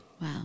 Wow